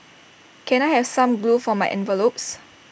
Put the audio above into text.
can I have some glue for my envelopes